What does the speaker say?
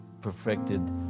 perfected